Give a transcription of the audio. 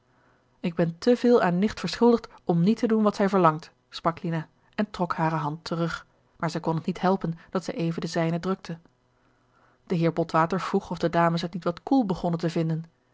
ik ben te veel aan nicht verschuldigd om niet te doen wat zij verlangt sprak lina en trok hare hand terug maar zij kon het niet helpen dat zij even de zijne drukte de heer botwater vroeg of de dames het niet wat koel begonnen te vinden